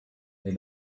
they